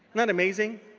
that amazing?